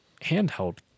handheld